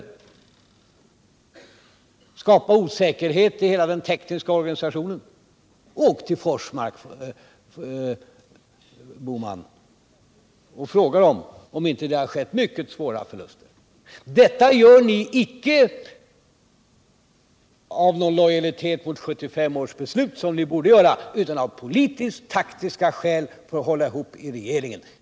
Stoppet har skapat osäkerhet i hela den tekniska organisationen. Res till Forsmark, herr Bohman, och fråga om det inte har uppstått mycket stora förluster! Och detta gör ni icke av lojalitet mot 1975 års beslut — som ni borde göra — utan av politisk-taktiska skäl för att hålla ihop regeringen.